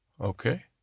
Okay